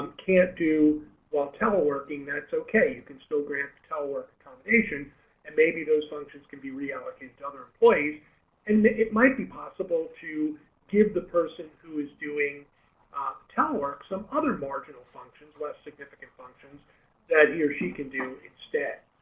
can't do while teleworking that's okay you can still grant to telework accommodation and maybe those functions can be reallocated to other employees and it might be possible to give the person is doing ah telework some other marginal functions less significant functions that he or she can do instead.